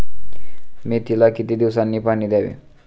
मेथीला किती दिवसांनी पाणी द्यावे?